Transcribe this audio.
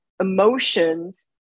emotions